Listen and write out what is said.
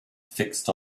fixed